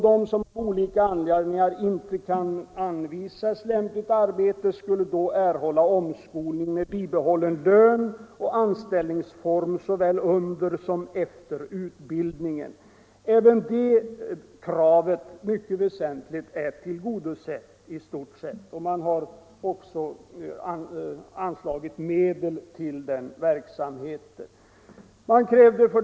De som av olika anledningar inte kunde anvisas lämpligt arbete skulle, menade man, erhålla omskolning med bibehållen lön och anställningsform såväl under som efter utbildningen. Även det kravet är i stort sett tillgodosett, och medel har anslagits för verksamheten.